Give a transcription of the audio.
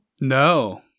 No